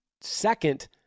Second